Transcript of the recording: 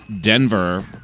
Denver